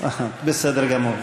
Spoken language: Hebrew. בסדר גמור.